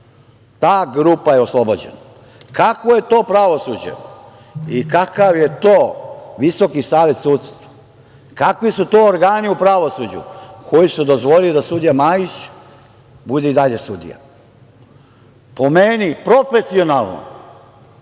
Ta grupa je oslobođena. Kakvo je to pravosuđe i kakav je to Visoki savet sudstva? Kakvi su to organi u pravosuđu koji su dozvolili da sudija Majić bude i dalje sudija? Po meni, profesionalno